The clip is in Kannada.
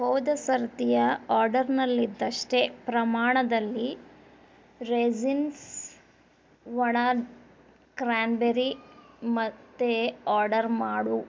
ಹೋದ ಸರ್ತಿಯ ಆರ್ಡರ್ನಲ್ಲಿದ್ದಷ್ಟೇ ಪ್ರಮಾಣದಲ್ಲಿ ರೆಸಿನ್ಸ್ ಒಣ ಕ್ರ್ಯಾನ್ಬೆರಿ ಮತ್ತೆ ಆರ್ಡರ್ ಮಾಡು